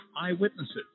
eyewitnesses